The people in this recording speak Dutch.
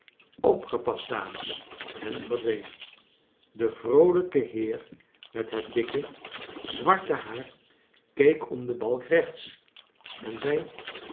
opgepast dames en verdween de vroolijke heer met het dikke zwarte haar chakles dickens keek om den balk rectos en zei